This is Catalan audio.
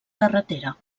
carretera